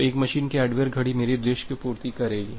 तो एक मशीन की हार्डवेयर घड़ी मेरे उद्देश्य की पूर्ति करेगी